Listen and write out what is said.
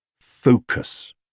Focus